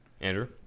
Andrew